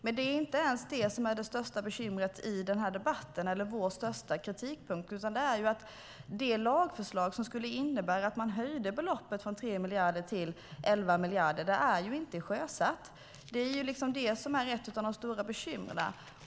Men inte ens det är det största bekymret eller vår främsta kritikpunkt i den här debatten, utan det gäller det lagförslag som skulle innebära en höjning av beloppet från 3 miljarder kronor till 11 miljarder kronor. Det är ju inte sjösatt. Detta är ett av de stora bekymren.